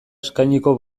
eskainiko